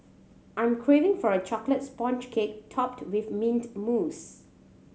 I am craving for a chocolate sponge cake topped with mint mousse